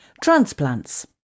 Transplants